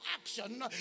action